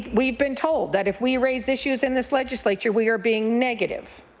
we've been told that if we raise issues in this legislature we are being negative.